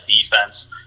defense